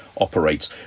operates